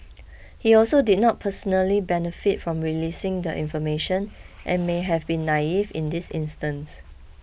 he also did not personally benefit from releasing the information and may have been naive in this instance